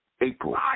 April